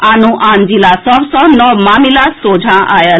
आनो आन जिला सभ सॅ नव मामिला सोझां आयल